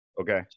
Okay